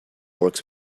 works